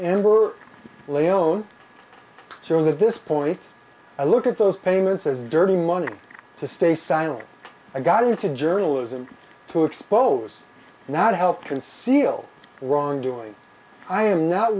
we're laon shows at this point i look at those payments as dirty money to stay silent i got into journalism to expose and not help conceal wrongdoing i am not